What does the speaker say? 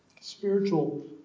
Spiritual